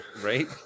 Right